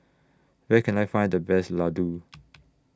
Where Can I Find The Best Ladoo